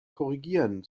korrigieren